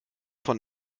von